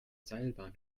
seilbahn